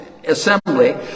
assembly